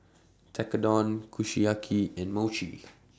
Tekkadon Kushiyaki and Mochi